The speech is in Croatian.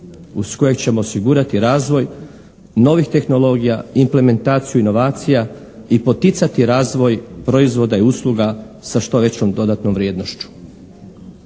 uz kojeg ćemo osigurati razvoj novih tehnologija, implementaciju inovacija i poticati razvoj proizvoda i usluga sa što većom dodatnom vrijednošću.